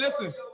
listen